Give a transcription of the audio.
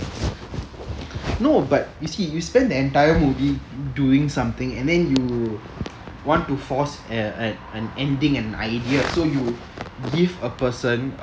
no but you see you you spend the entire movie doing something and then you want to force and an an ending an idea so you give a person a person you didn't give much screen time you give him all the motivation and then suddenly like ya this is why this is why all this happened